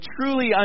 truly